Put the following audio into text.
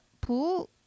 pool